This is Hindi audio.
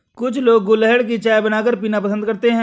कुछ लोग गुलहड़ की चाय बनाकर पीना पसंद करते है